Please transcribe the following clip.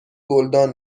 گلدان